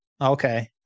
Okay